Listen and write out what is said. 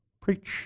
preach